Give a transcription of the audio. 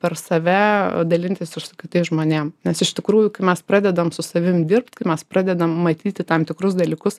per save dalintis ir su kitais žmonėms nes iš tikrųjų kai mes pradedam su savim dirbt kai mes pradedam matyti tam tikrus dalykus